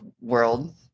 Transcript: world